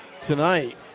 tonight